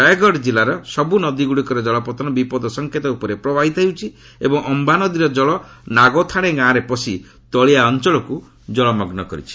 ରାୟଗଡ଼ କିଲ୍ଲାର ସବୁ ନଦୀଗୁଡ଼ିକର କଳପତନ ବିପଦ ସଙ୍କେତ ଉପରେ ପ୍ରବାହିତ ହେଉଛି ଏବଂ ଅୟା ନଦୀର କଳ ନାଗୋଥାଣେ ଗାଁରେ ପଶି ତଳିଆ ଅଞ୍ଚଳକୁ ଜଳମଗୁ କରିଛି